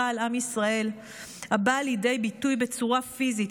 על עם ישראל הבאה לידי ביטוי בצורה פיזית,